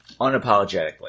unapologetically